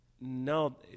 No